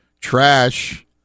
trash